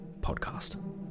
Podcast